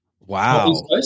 wow